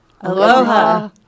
Aloha